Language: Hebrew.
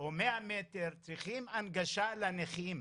או מאה מטר, צריכים הנגשה לנכים.